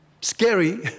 scary